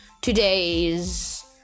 today's